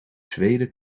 zweden